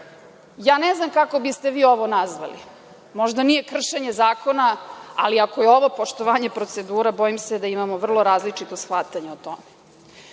znam kako biste vi ovo nazvali, možda nije kršenje zakona, ali ako je ovo poštovanje procedura, bojim se da imamo vrlo različito shvatanje o tome. Ono